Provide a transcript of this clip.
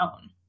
own